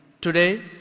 today